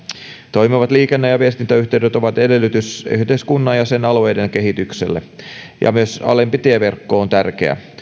toimivat liikenne ja viestintäyhteydet ovat edellytys yhteiskunnan ja sen alueiden kehitykselle myös alempi tieverkko on tärkeä